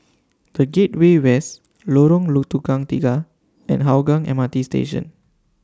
The Gateway West Lorong Tukang Tiga and Hougang M R T Station